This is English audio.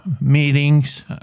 meetings